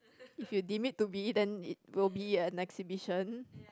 if you deem it to be then it will be an exhibition